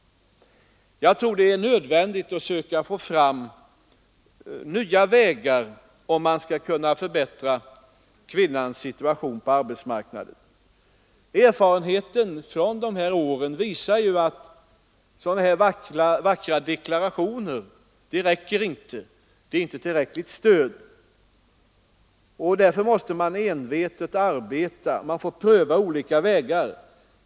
Jag tror att det är nödvändigt att söka nya vägar, om man skall kunna förbättra kvinnans situation på arbetsmarknaden. Erfarenheten från de gångna åren visar att vackra deklarationer räcker inte; det är inte tillräckligt stöd. Därför måste man envetet arbeta och pröva olika vägar.